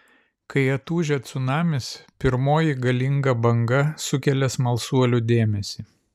kai atūžia cunamis pirmoji galinga banga sukelia smalsuolių dėmesį